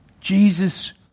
Jesus